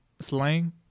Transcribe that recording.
slang